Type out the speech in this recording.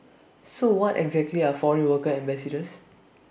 so what exactly are foreign worker ambassadors